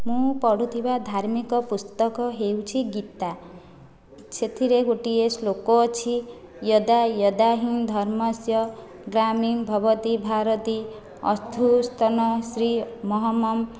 ମୁଁ ପଢ଼ୁଥିବା ଧାର୍ମିକ ପୁସ୍ତକ ହେଉଛି ଗୀତା ସେଥିରେ ଗୋଟିଏ ଶ୍ଳୋକ ଅଛି ୟଦା ୟଦା ହିଁ ଧର୍ମସ୍ୟ ଗ୍ଲାମିଂ ଭବତୀ ଭାରତୀ ଅଭ୍ୟୁସ୍ଥନମ ଶ୍ରୀ ମହମଂ